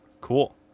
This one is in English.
Cool